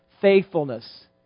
faithfulness